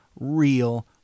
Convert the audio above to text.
Real